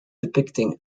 depicting